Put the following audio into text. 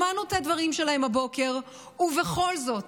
שמענו את הדברים שלהן הבוקר, ובכל זאת,